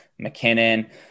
McKinnon